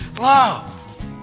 love